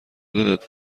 دلت